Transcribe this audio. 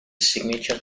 signature